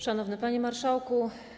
Szanowny Panie Marszałku!